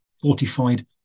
fortified